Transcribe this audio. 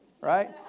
right